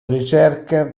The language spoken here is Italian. ricerche